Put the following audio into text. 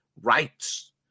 rights